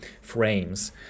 frames